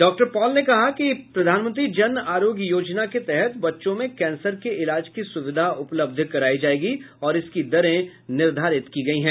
doctor Paul ने कहा कि प्रधानमंत्री जन आरोग्य योजना के तहत बच्चों में कैंसर के इलाज की सूविधा उपलब्ध कराई जाएगी और इसकी दरें निर्धारित की गई हैं